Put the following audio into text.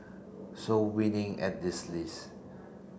so winning at this list